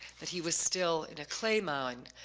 that he was still in a clay mine.